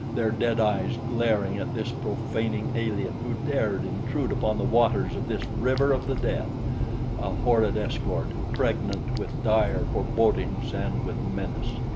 their dead eyes glaring at this profaning alien who dared intrude upon the waters of this river of the dead a horrid escort, pregnant with dire forebodings and with menace.